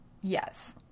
Yes